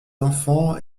enfants